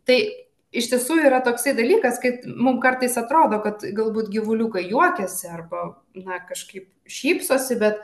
tai iš tiesų yra toksai dalykas kad mum kartais atrodo kad galbūt gyvuliukai juokiasi arba na kažkaip šypsosi bet